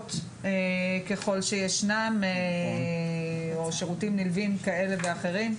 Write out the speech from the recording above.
הסעות ככל שישנם או שירותים נלווים כאלה ואחרים.